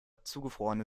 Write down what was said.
zugefrorene